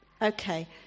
Okay